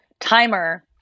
timer